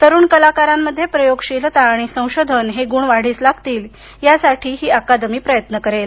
तरूण कलाकारांमध्ये प्रयोगशीलता आणि संशोधन हे गुण वाढीस लागतील या साठी ही अकादमी प्रयत्न करेल